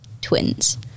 twins